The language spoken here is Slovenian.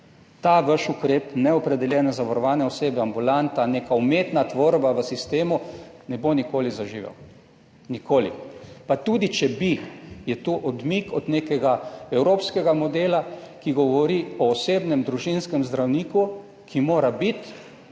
Ta vaš ukrep neopredeljene zavarovane osebe, ambulanta, neka umetna tvorba v sistemu, ne bo nikoli zaživel, nikoli. Pa tudi če bi, je to odmik od nekega evropskega modela, ki govori o osebnem družinskem zdravniku, ki mora biti